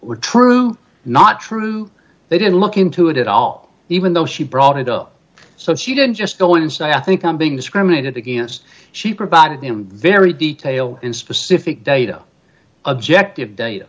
were true not true they didn't look into it at all even though she brought it up so she didn't just go in and say i think i'm being discriminated against she provided him very detailed and specific data objective data